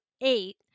eight